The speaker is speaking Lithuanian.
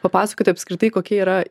papasakoti apskritai kokie yra